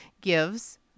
gives